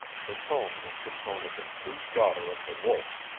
her tone was the tone of the true daughter of the wolf.